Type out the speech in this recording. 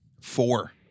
Four